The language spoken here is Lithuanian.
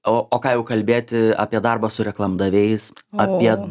o ką jau kalbėti apie darbą su reklamdaviais apie